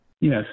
Yes